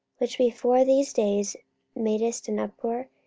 which before these days madest an uproar,